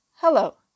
Hello